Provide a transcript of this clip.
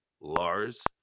Lars